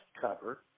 cover